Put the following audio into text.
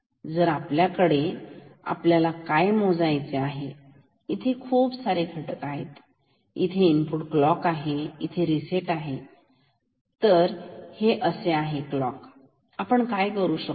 तर आपल्याकडे काय आहे आपल्याला काय मोजायचे आहे इथे खूप सारे घटक आहेत इथे इनपुट क्लॉक आहे इथे रिसेट आहे तर हे आहेत क्लॉक आपण काय करू शकतो